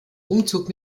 umzug